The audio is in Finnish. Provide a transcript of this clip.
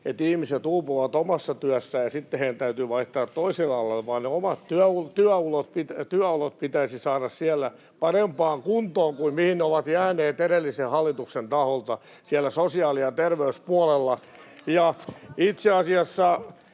että ihmiset uupuvat omassa työssään ja sitten heidän täytyy vaihtaa toiselle alalle, vaan ne omat työolot pitäisi saada siellä sosiaali- ja terveyspuolella parempaan kuntoon kuin mihin ne ovat jääneet edellisen hallituksen taholta. Itse asiassa